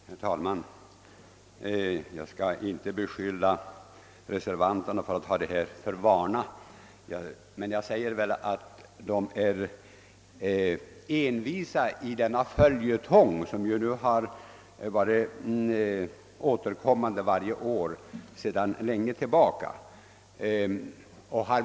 Herr talman! Jag skall inte beskylla reservanterna för att ha detta för vana, men de har envist varje år sedan lång tid tillbaka återkommit med motioner i denna fråga och gjort det till en följetong.